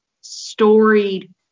storied